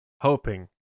hoping